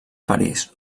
parís